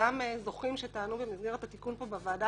זוכים שטענו במסגרת התיקון פה בוועדה,